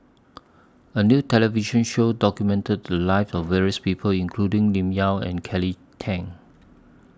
A New television Show documented The Lives of various People including Lim Yau and Kelly Tang